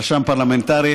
רשם פרלמנטרי,